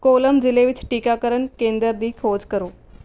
column ਜ਼ਿਲ੍ਹੇ ਵਿੱਚ ਟੀਕਾਕਰਨ ਕੇਂਦਰ ਦੀ ਖੋਜ ਕਰੋ